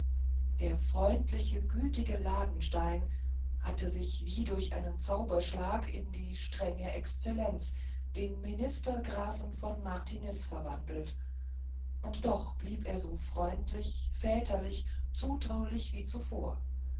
der freundliche gütige ladenstein hatte sich wie durch einen zauberschlag in die gestrenge exzellenz den minister grafen von martiniz verwandelt und doch blieb er so freundlich väterlich traulich wie zuvor